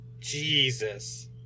Jesus